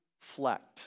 reflect